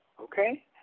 Okay